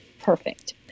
perfect